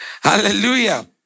hallelujah